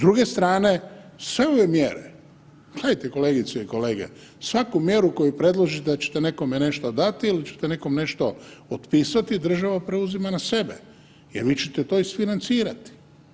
S druge strane, sve ove mjere, gledajte kolegice i kolege svaku mjeru koju predložite da ćete nekome nešto dati ili ćete nekom nešto otpisati država preuzima na sebe, jer vi ćete to isfinancirati.